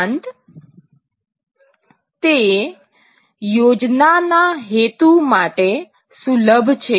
ઉપરાંત તે યોજનાના હેતુ માટે સુલભ છે